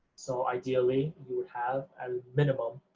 so ideally, you would have, at a minimum,